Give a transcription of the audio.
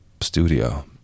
studio